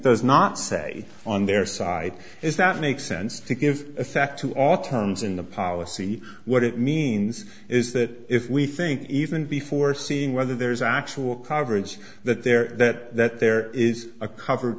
does not say on their side is that makes sense to give effect to all terms in the policy what it means is that if we think even before seeing whether there's actual coverage that there that there is a cover